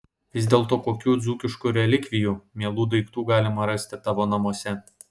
vis dėlto kokių dzūkiškų relikvijų mielų daiktų galima rasti tavo namuose